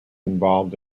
involved